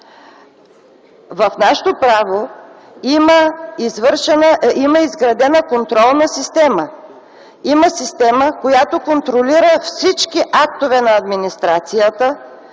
В нашето право има изградена контролна система. Има система, която контролира всички актове на администрацията,